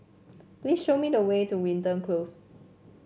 please show me the way to Wilton Close